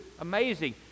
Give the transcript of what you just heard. Amazing